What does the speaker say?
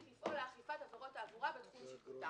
לפעול לאכיפת עבירות תעבורה בתחום שיפוטה".